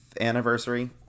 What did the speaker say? anniversary